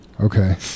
Okay